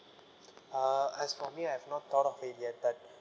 uh as for me I've not thought of it yet but